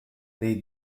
they